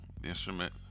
instrument